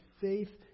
faith